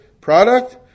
product